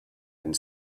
and